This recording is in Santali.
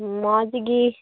ᱢᱚᱡᱽ ᱜᱮ